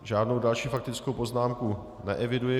Žádnou další faktickou poznámku neeviduji.